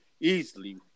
easily